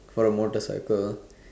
for a motorcycle